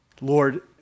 Lord